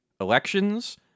elections